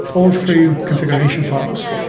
all through configuration files.